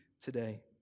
today